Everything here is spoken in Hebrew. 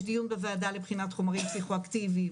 יש דיון בוועדה לבחינת חומרים פסיכואקטיביים